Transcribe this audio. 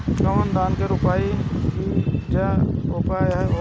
कौन धान रोपल जाई कि ज्यादा उपजाव होई?